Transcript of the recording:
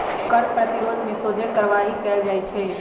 कर प्रतिरोध में सोझे कार्यवाही कएल जाइ छइ